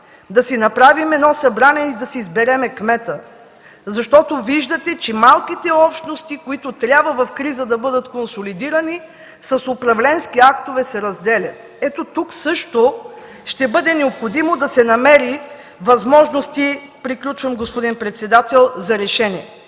да си направим едно събрание и да си изберем кмета“. Виждате, че малките общности, които трябва в криза да бъдат консолидирани, с управленски актове се разделят. Ето тук също ще бъде необходимо да се намерят възможности за решение.